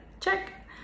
Check